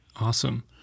Awesome